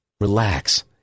Relax